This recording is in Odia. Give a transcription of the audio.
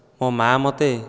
ମୋ ମା' ମୋତେ